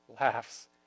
laughs